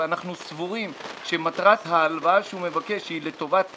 ואנחנו סבורים שמטרת ההלוואה שהוא מבקש היא לטובת צמיחה,